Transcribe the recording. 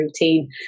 routine